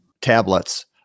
tablets